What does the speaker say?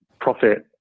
profit